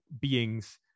beings